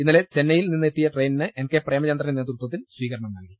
ഇന്നലെ ചെന്നൈ യിൽ നിന്നെത്തിയ ട്രെയിനിന് എൻ കെ പ്രേമചന്ദ്രന്റെ നേതൃ ത്വത്തിൽ സ്വീകരണം നൽകി